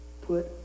Put